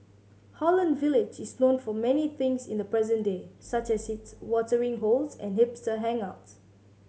Holland Village is known for many things in the present day such as its watering holes and hipster hangouts